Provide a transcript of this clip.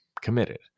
committed